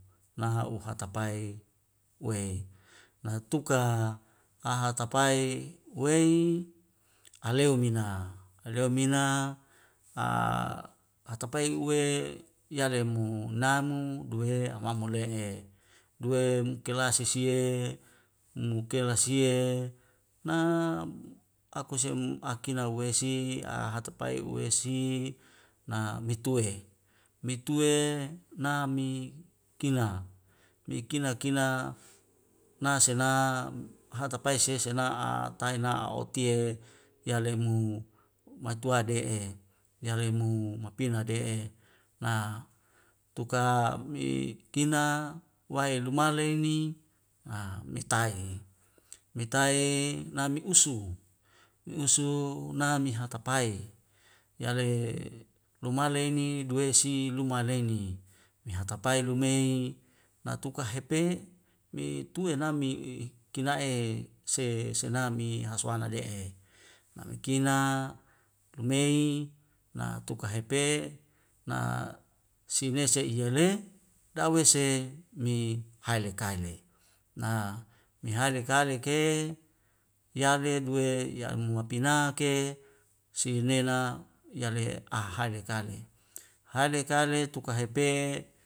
Naha u hata pae uwe natuka hahatapae uwei aleo mina aleo mina a hatapae uwe yalemu namu duwe amamole'e duwem kelas sisie mukelasie na aku sem akina wesi ahatapae uwesi na mitue. mitue nami kina mi kina kina nasela hatapai sesena ataina a'otie yalemu matuade'e yalemu mapina de'e na tuka mi tina wae lumaleuni a metae metae namiusu usu nami hatapae yale lumale ini duwesi lumaleni mehatapae lumei natuka hepe me tue na mi i i kila'e se senami haswana de'e namikina lumei na tuka hepe na siulese i yale dawese mi haele kaile. na mehaele kaile ke yale gue ya'muapina ke sinena yale ahai le kakale, hale kale tuka hepe